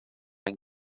ein